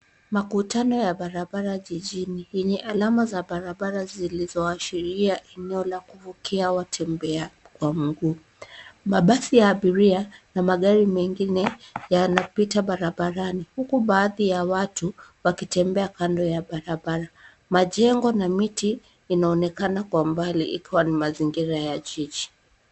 Makutano ya barabara jijini yenye alama za barabara zilizoashiria eneo la kuvukia watembea kwa miguu. Mabasi ya abiria na magari mengine huku baadhi ya watu wakitembea kando ya barabara. Majengo na miti yanaonekana kwa mbali ikiwa ni mazingira ya jiji.